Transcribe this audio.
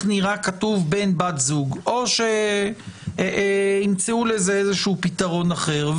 נראה כתוב "בן/בת זוג" או שימצאו לזה איזשהו פתרון אחר.